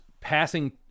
passing